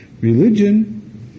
Religion